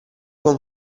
con